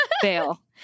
Fail